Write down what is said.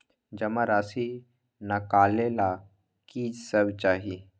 जमा राशि नकालेला कि सब चाहि?